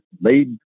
made